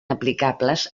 aplicables